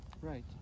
Right